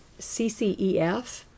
CCEF